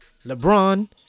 LeBron